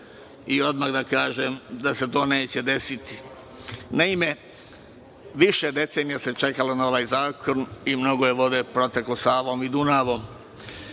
i odmah da kažem da se to neće desiti. Naime, više decenija se čekalo na ovaj zakon i mnogo je vode proteklo Savom i Dunavom. Možete